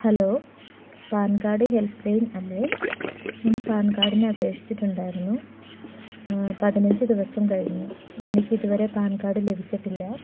hello PAN card help line അല്ലേ ഞാൻ PAN കാഡിനെ അപേക്ഷിച്ചിട്ടുണ്ടായിരുന്നു പതിനഞ്ച് ദിവസം കഴിഞ്ഞു എനിക്കിതുവരെ പാൻ കാർഡ് ലഭിച്ചിട്ടില്ല